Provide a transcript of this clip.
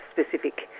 specific